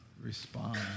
Respond